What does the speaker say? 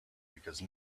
because